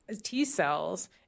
T-cells